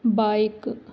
bike